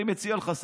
אני מציע לך,